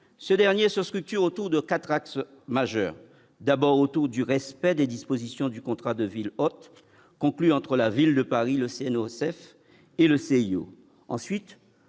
ce dernier se structure autour de 4 axes majeurs : d'abord autour du respect des dispositions du contrat de ville hôte conclue entre la Ville de Paris, le CNO Seif et le CIO ensuite